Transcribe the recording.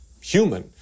human